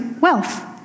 wealth